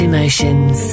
Emotions